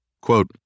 Quote